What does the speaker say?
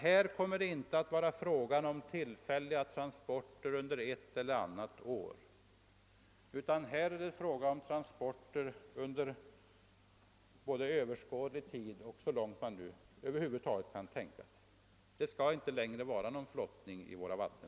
Det kommer nämligen inte att bli fråga om tillfälliga transporter under ett eller annat år utan om transporter under så lång tid som man över huvud taget kan överblicka.